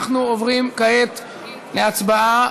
אנחנו עוברים כעת להצבעה.